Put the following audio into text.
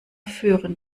führen